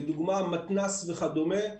לדוגמה מתנ"ס וכדומה,